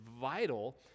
vital